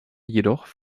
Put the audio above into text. jedoch